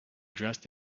dressed